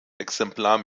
exemplar